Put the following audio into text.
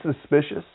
suspicious